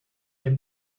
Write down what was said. can